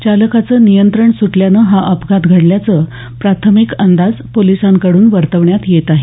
चालकाचं नियंत्रण सुटल्याने हा अपघात घडल्याचा प्राथमिक अंदाज पोलिसांकडून वर्तवण्यात येत आहे